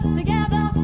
together